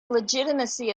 legitimacy